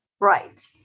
Right